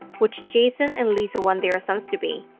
which jason and lisa want their sons to be.